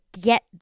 get